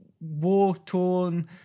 war-torn